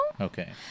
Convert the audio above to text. Okay